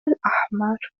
الأحمر